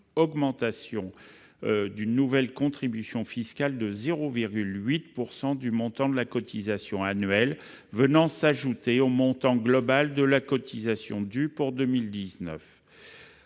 faits par une nouvelle contribution fiscale de 0,8 % du montant de la cotisation annuelle, venant s'ajouter au montant global des cotisations dues pour l'année